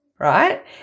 Right